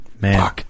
Man